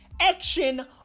Action